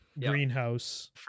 Greenhouse